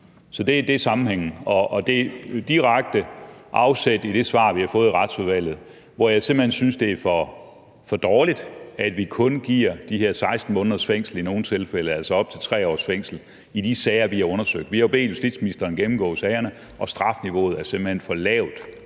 Så det er sammenhængen. Og det er med direkte afsæt i det svar, vi har fået i Retsudvalget, for jeg synes simpelt hen, det er for dårligt, at vi kun giver de her 16 måneders fængsel i nogle tilfælde og altså op til 3 års fængsel i de sager, vi har undersøgt. Vi har jo bedt justitsministeren gennemgå sagerne, og strafniveauet er simpelt hen for lavt